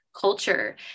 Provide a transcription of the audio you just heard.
culture